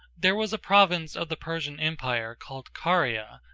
there was a province of the persian empire called caria,